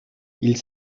ils